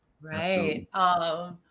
Right